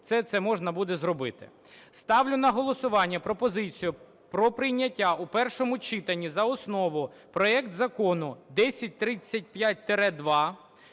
це можна буде зробити. Ставлю на голосування пропозицію про прийняття в першому читанні за основу проект Закону 1035-2